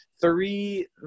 three